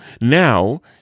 now